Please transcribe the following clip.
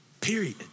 period